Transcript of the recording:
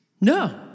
no